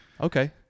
Okay